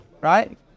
right